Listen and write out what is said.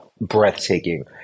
breathtaking